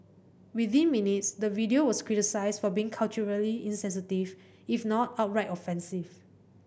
within minutes the video was criticised for being culturally insensitive if not outright offensive